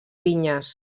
vinyes